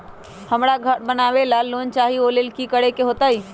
हमरा घर बनाबे ला लोन चाहि ओ लेल की की करे के होतई?